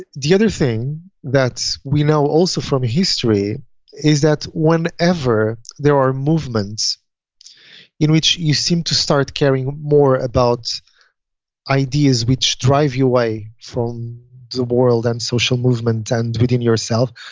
the the other thing that we know also from history is that whenever there are movements in which you seem to start caring more about ideas which drive you away from the world and social movement and within yourself.